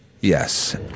Yes